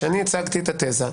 אני הצגתי את התזה.